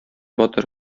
батыр